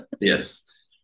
yes